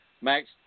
Max